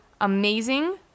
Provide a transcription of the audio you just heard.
amazing